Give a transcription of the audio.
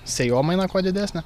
sėjomainą kuo didesnę